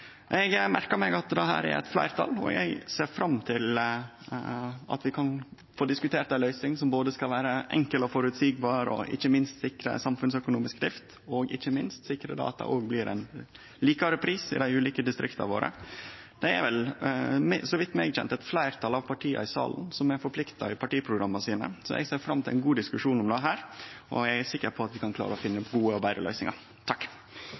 Eg merkar meg at det her er eit fleirtal, og eg ser fram til at vi kan få diskutert ei løysing som skal både vere enkel og føreseieleg, sikre samfunnsøkonomisk drift og ikkje minst sikre at det òg blir ein likare pris i dei ulike distrikta våre. Det er, så vidt eg veit, eit fleirtal av partia i denne salen som er forplikta til det av partiprogramma sine. Så eg ser fram til ein god diskusjon om dette, og eg er sikker på at vi kan klare å finne gode og betre løysingar.